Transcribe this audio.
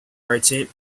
merchant